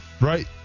right